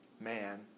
man